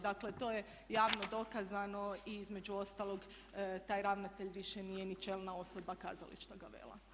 Dakle, to je javno dokazano i između ostalog taj ravnatelj više nije ni čelna osoba kazališta Gavella.